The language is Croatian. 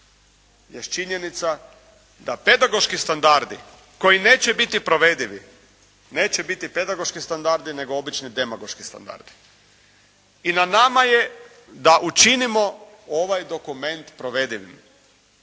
jest činjenica da pedagoški standardi koji neće biti provedivi, neće biti pedagoški standardi nego obični demagoški standardi. I na nama je da učinimo ovaj dokument provedivim.